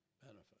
benefit